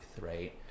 Right